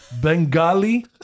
Bengali